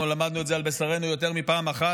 אנחנו למדנו את זה על בשרנו יותר מפעם אחת,